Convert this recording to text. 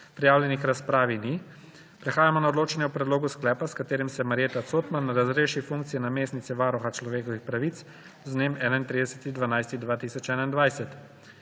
Prijavljenih k razpravi ni. Prehajamo na odločanje o predlogu sklepa, s katerim se Marjeta Cotman razreši funkcije namestnice varuha človekovih pravic z dnem 31.